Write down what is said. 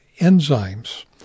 enzymes